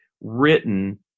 written